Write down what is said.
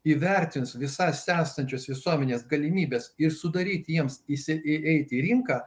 įvertins visas esančius visuomenės galimybes ir sudaryti jiems įsi įeiti į rinką